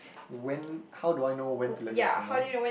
when how do I know when to let go of someone